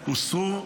הוסרו,